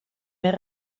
més